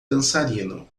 dançarino